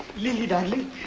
lily! darling,